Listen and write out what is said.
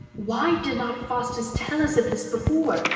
why did not faustus tell us of this before,